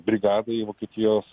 brigadai vokietijos